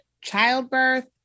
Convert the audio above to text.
childbirth